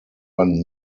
run